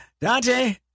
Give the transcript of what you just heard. Dante